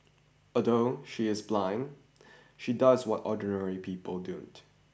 although she is blind she does what ordinary people don't